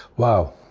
wow,